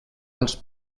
als